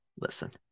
Listen